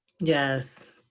Yes